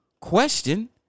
question